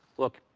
look,